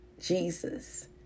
Jesus